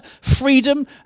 freedom